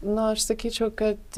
na aš sakyčiau kad